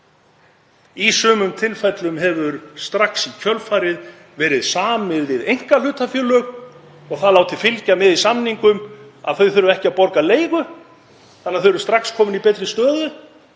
Í sumum tilfellum hefur strax í kjölfarið verið samið við einkahlutafélög og það látið fylgja með í samningum að þau þurfi ekki að borga leigu þannig að þau eru strax komin í betri stöðu.